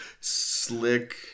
slick